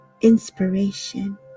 inspiration